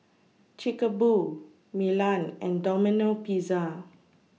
Chic A Boo Milan and Domino Pizza